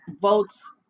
votes